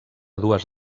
dues